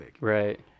Right